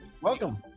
Welcome